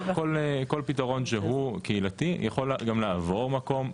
כן, כל פתרון שהוא, קהילתי, יכול גם לעבור מקום.